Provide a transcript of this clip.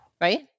Right